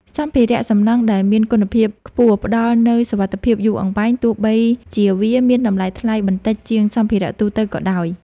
សម្ភារៈសំណង់ដែលមានគុណភាពខ្ពស់ផ្តល់នូវសុវត្ថិភាពយូរអង្វែងទោះបីជាវាមានតម្លៃថ្លៃបន្តិចជាងសម្ភារៈទូទៅក៏ដោយ។